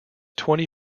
twenty